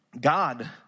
God